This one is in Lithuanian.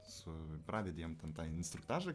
su pravedi jiem ten tą instruktažą